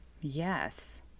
Yes